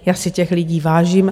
Já si těch lidí vážím.